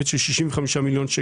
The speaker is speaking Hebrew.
נתחמק מהשאלות.